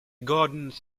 gardens